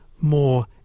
more